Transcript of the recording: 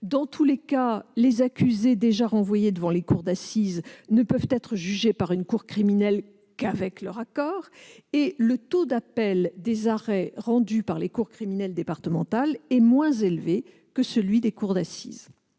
le méritent, les accusés déjà renvoyés devant les cours d'assises ne peuvent être jugés par une cour criminelle qu'avec leur accord et le taux d'appel des arrêts rendus par les cours criminelles départementales est moins élevé que celui des cours d'assises.